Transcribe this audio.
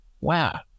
wow